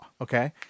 Okay